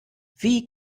wie